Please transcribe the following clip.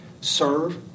serve